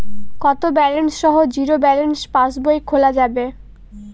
কত ব্যালেন্স সহ zero balance passbook খোলা যাবে?